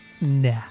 nah